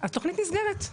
התוכנית נסגרת.